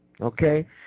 okay